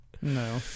No